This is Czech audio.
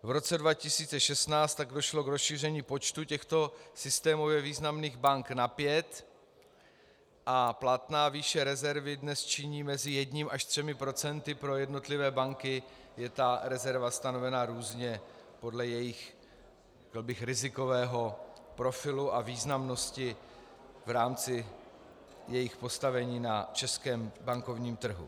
V roce 2016 tak došlo k rozšíření počtu těchto systémově významných bank na pět a platná výše rezervy dnes činí mezi jedním až třemi procenty, pro jednotlivé banky je ta rezerva stanovena různě podle jejich rizikového profilu a významnosti v rámci jejich postavení na českém bankovním trhu.